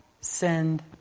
send